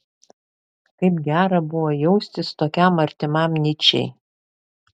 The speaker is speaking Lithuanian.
kaip gera buvo jaustis tokiam artimam nyčei